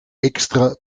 extra